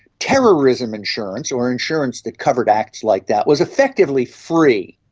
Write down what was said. terrorism insurance or insurance that covers acts like that was effectively free.